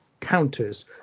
counters